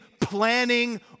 planning